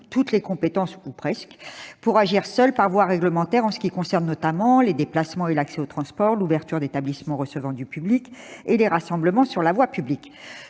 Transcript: toutes les compétences- ou presque -utiles pour agir seul par voie réglementaire, notamment en ce qui concerne les déplacements et l'accès aux transports, l'ouverture des établissements recevant du public et les rassemblements sur la voie publique.